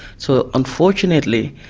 so, unfortunately,